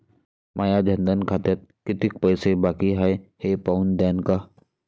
माया जनधन खात्यात कितीक पैसे बाकी हाय हे पाहून द्यान का?